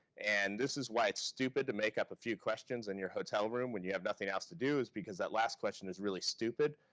and this is why it's stupid to make up a few questions in your hotel room when you have nothing else to do is because that last question is really stupid.